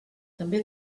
també